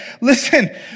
listen